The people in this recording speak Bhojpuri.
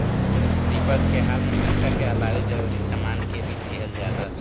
विपद के हाल में पइसा के अलावे जरूरी सामान के भी दिहल जाला